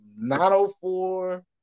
904